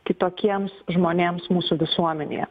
kitokiems žmonėms mūsų visuomenėje